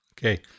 okay